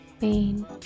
pain